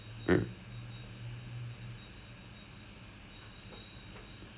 and நீ கடைசியா சொன்னது:ni kadaisiyaa sonnathu demand லே இருக்கு நிறையன்ட்டு:illa irukku nirayanttu